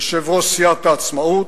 יושב-ראש סיעת העצמאות,